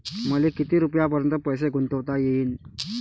मले किती रुपयापर्यंत पैसा गुंतवता येईन?